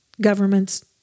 governments